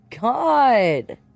god